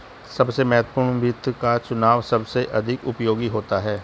सबसे महत्वपूर्ण वित्त का चुनाव सबसे अधिक उपयोगी होता है